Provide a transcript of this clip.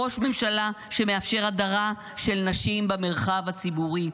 ראש ממשלה שמאפשר הדרה של נשים במרחב הציבורי,